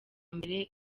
mbere